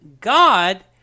God